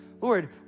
Lord